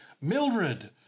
Mildred